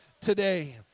today